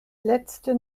letzte